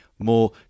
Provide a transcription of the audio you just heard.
more